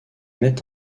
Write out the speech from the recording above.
met